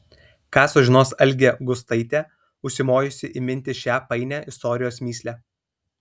ką sužinos algė gustaitė užsimojusi įminti šią painią istorijos mįslę